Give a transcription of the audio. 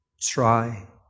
try